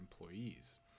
employees